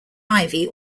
ivy